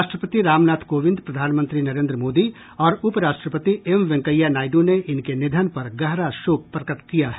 राष्ट्रपति रामनाथ कोविंद प्रधानमंत्री नरेंद्र मोदी और उपराष्ट्रपति एम वेंकैया नायडू ने इनके निधन पर गहरा शोक प्रकट किया है